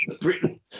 Britain